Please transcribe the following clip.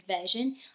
version